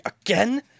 again